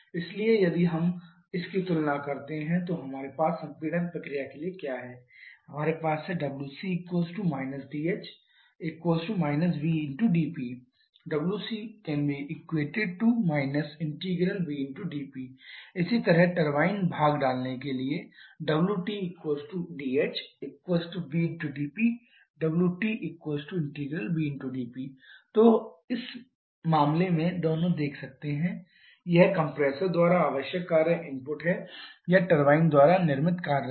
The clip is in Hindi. इसलिए यदि हम इसकी तुलना करते हैं तो हमारे पास संपीड़न प्रक्रिया के लिए क्या है 𝛿wc dh vdP 𝛿wc ∫ vdP इसी तरह टरबाइन भाग डालने के लिए 𝛿wtdhvdP 𝛿wt∫ vdP तो हम इस मामले में दोनों देख सकते हैं यह कंप्रेसर द्वारा आवश्यक कार्य इनपुट है या टरबाइन द्वारा निर्मित कार्य है